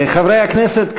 חברי הכנסת,